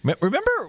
Remember